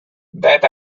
that